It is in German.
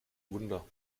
wunder